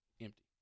empty